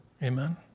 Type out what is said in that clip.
Amen